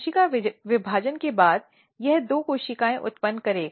कोशिका विभाजन के बाद यह दो कोशिकाएं उत्पन्न करेगा